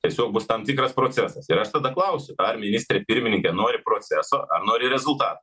tiesiog bus tam tikras procesas ir aš tada klausiu ar ministrė pirmininkė nori proceso ar nori rezultato